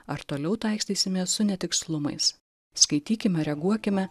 ar toliau taikstysimės su netikslumais skaitykime reaguokime